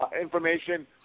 information